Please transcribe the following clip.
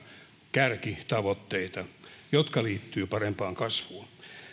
kärkitavoitteita jotka liittyvät parempaan kasvuun